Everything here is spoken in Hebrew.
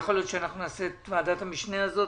אולי נקים את ועדת המשנה הזאת,